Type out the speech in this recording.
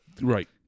Right